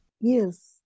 Yes